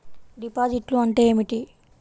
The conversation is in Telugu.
డిపాజిట్లు అంటే ఏమిటి?